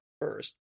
first